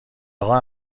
اقا